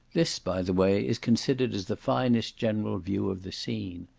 this, by the way, is considered as the finest general view of the scene.